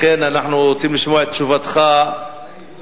לכן אנחנו רוצים לשמוע את תשובתך הקולעת,